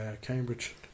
Cambridge